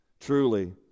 Truly